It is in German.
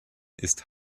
ist